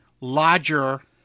larger